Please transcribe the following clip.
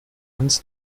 ganz